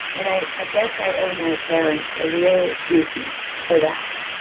and i i guess i owe my parents a real duty for that,